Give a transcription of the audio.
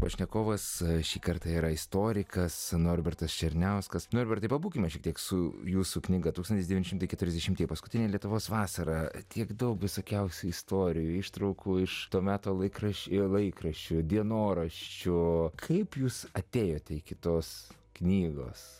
pašnekovas šį kartą yra istorikas norbertas černiauskas norbertai pabūkime šiek tiek su jūsų knyga tūkstantis devyni šimtasi keturiasdešimtieji paskutinė lietuvos vasara tiek daug visokiausių istorijų ištraukų iš to meto laikraščių laikraščių dienoraščių kaip jūs atėjote kitos knygos